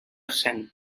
cent